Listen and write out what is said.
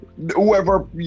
Whoever